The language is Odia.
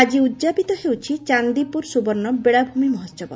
ଆଜି ଉଦ୍ଯାପିତ ହେଉଛି ଚାନ୍ନିପୁର ସୁବର୍ଶ୍ୱ ବେଳାଭୂମି ମହୋହବ